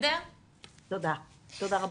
תודה רבה.